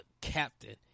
captain